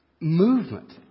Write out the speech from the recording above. movement